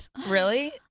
really,